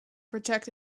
protect